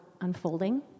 unfolding